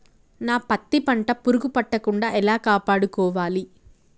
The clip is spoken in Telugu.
నా పత్తి పంట పురుగు పట్టకుండా ఎలా కాపాడుకోవాలి?